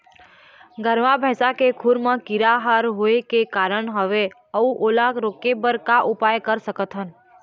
गरवा भैंसा के खुर मा कीरा हर होय का कारण हवए अऊ ओला रोके बर का उपाय कर सकथन?